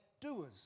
doers